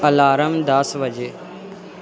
alarm ਦਸ ਵਜੇ